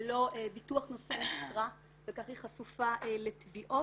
ללא ביטוח נושאי משרה וככה היא חשופה לתביעות.